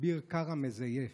אביר קארה מזייף,